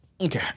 Okay